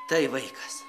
tai vaikas